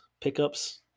pickups